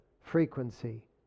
frequency